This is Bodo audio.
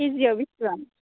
कि जि आव बेसेबां